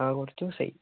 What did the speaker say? ആ കുറച്ചു ദിവസമായി